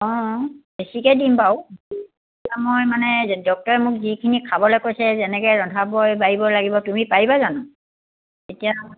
অঁ বেছিকৈ দিম বাৰু এতিয়া মই মানে ডক্টৰে মোক যিখিনি খাবলৈ কৈছে যেনেকৈ ৰন্ধাবোৰ বাঢ়িব লাগিব তুমি পাৰিবা জানো এতিয়া